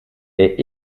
est